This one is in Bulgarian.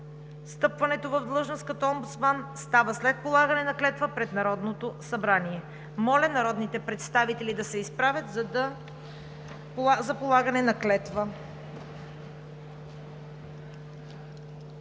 Встъпването в длъжност като омбудсман става след полагане на клетва пред Народното събрание. Моля народните представители да се изправят за полагане на клетва.